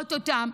לראות אותם,